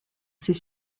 ses